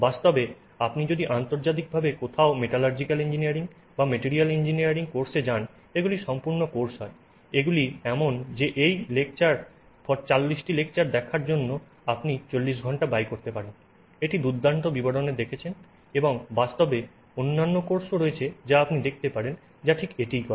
বাস্তবে আপনি যদি আন্তর্জাতিকভাবে কোথাও মেটালার্জিক্যাল ইঞ্জিনিয়ারিং বা মেটেরিয়াল ইঞ্জিনিয়ারিং কোর্সে যান এগুলি সম্পূর্ণ কোর্স হয় এগুলি এমন যে এই 40 টি লেকচার দেখার জন্য আপনি 40 ঘন্টা ব্যয় করতে পারেন এটি দুর্দান্ত বিবরণে দেখছেন এবং বাস্তবে অন্যান্য কোর্সও রয়েছে যা আপনি দেখতে পারেন যা ঠিক এটিই করে